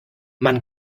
man